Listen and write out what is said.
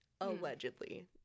Allegedly